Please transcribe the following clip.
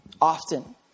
often